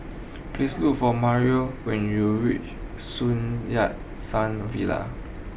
please look for Mario when you reach Sun Yat Sen Villa